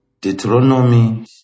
Deuteronomy